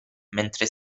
mentre